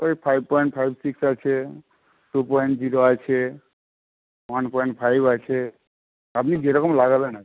ওই five point five six আছে two point zero আছে ওয়ান পয়েন্ট ফাইব আছে আপনি যে রকম লাগাবেন আর কি